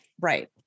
Right